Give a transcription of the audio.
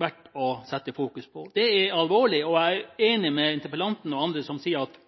verdt å fokusere på. Det er alvorlig, og jeg er enig med interpellanten og andre som sier at